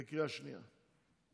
בקריאה שנייה.